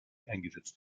eingesetzt